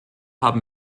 haben